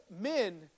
men